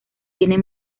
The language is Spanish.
tiene